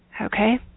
Okay